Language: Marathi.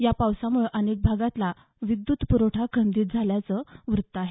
या पावसामुळं अनेक भागातला विद्यत पुरवठा खंडीत झाला असल्याचं वृत्त आहे